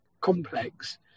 complex